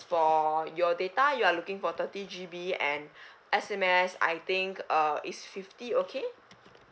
for your data you are looking for thirty G_B and S_M_S I think uh is fifty okay